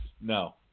No